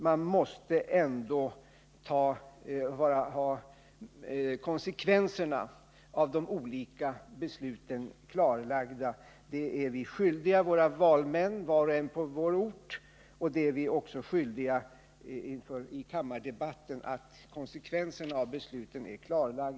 Man måste ha konsekvenserna av de olika besluten klarlagda. Det är vi skyldiga våra valmän var och en på sin ort. Vi är också skyldiga att i kammardebatten klarlägga konsekvenserna av besluten.